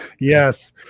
Yes